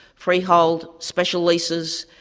freehold, special leases,